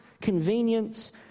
convenience